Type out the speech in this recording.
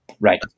Right